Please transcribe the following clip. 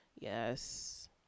Yes